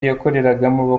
yakoreragamo